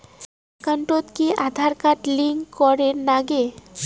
একাউন্টত কি Aadhaar card link করের নাগে?